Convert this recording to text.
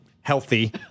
healthy